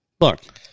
Look